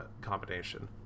combination